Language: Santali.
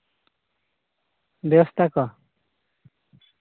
ᱵᱮᱵᱚᱥᱛᱷᱟ ᱠᱚ